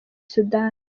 sudani